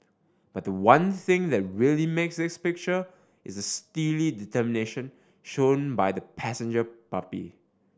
but the one thing that really makes this picture is the steely determination shown by the passenger puppy